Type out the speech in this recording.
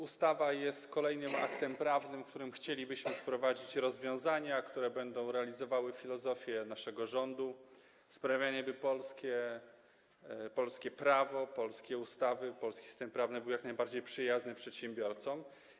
Ustawa jest kolejnym aktem prawnym, którym chcielibyśmy wprowadzić rozwiązania, które będą realizowały filozofię naszego rządu - sprawianie, by polskie prawo, polskie ustawy, polski system prawny były jak najbardziej przyjazne przedsiębiorcom.